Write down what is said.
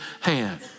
hand